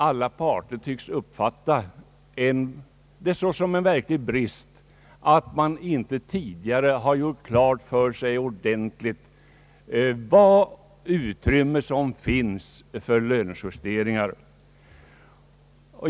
Alla parter tycks uppfatta det såsom en verklig brist att man inte tidigare ordentligt har gjort klart för sig vilket utrymme som finns för lönejusteringar.